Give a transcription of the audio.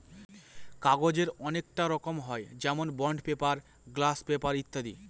কাগজের অনেককটা রকম হয় যেমন বন্ড পেপার, গ্লাস পেপার ইত্যাদি